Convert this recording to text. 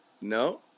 No